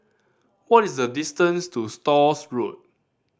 what is the distance to Stores Road